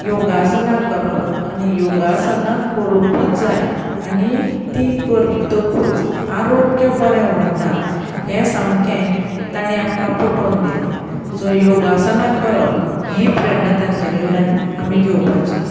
योगासना करप आनी योगासना करुंकूच जाय आनी ती करतकूच आरोग्य बरें उरता हें सामकें ताणें आमकां पटोवन दिलां सो योगासना करप ही प्रेरणा तांचे कडल्यान आमी घेवपाची